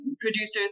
producers